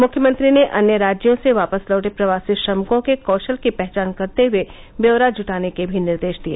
मुख्यमंत्री ने अन्य राज्यों से वापस लौटे प्रवासी श्रमिकों के कौशल की पहचान करते हुए ब्यौरा जुटाने के भी निर्देश दिए